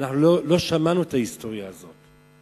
לא שמענו את ההיסטוריה הזאת.